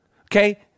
okay